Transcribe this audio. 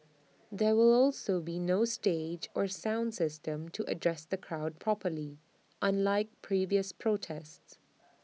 there will also be no stage or sound system to address the crowd properly unlike previous protests